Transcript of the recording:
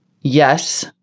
yes